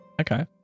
Okay